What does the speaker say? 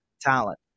talent